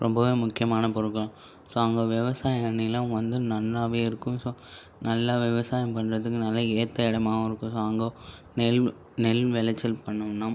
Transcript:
ரொம்பவே முக்கியமான பொருட்கள் ஸோ அங்கே விவசாயம் அன்றைல அவங்க வந்து நன்னாவே இருக்கும் ஸோ நல்ல விவசாயம் பண்ணுறதுக்கு நல்ல ஏத்த இடமாவும் இருக்கும் ஸோ அங்கே நெல் நெல் விளைச்சல் பண்ணணும்னா